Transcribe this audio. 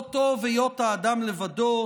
לא טוב היות האדם לבדו,